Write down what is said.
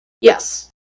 Yes